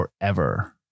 forever